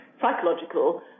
psychological